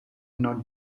not